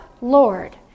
Lord